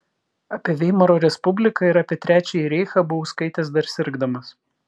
apie veimaro respubliką ir apie trečiąjį reichą buvau skaitęs dar sirgdamas